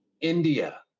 India